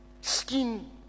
skin